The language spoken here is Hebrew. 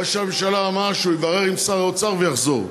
ראש הממשלה אמר שהוא יברר עם שר האוצר ויחזור.